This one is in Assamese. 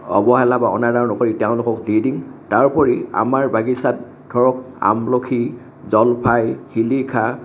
অৱহেলা বা অনাদৰ নকৰি তেওঁলোকক দি দিং তাৰোপৰি আমাৰ বাগিচাত ধৰক আমলখি জলফাই শিলিখা